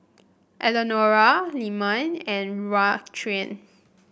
Eleonora Lyman and Raquan